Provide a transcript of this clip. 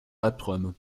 albträume